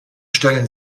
stellen